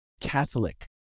Catholic